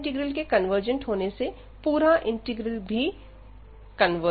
यह इंटीग्रल के कन्वर्जेंट होने से यह पूरा इंटीग्रल भी कन्वर्जेंट है